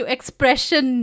Expression